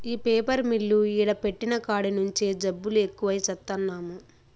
ఈ paper mill ఈడ పెట్టిన కాడి నుంచే జబ్బులు ఎక్కువై చత్తన్నాము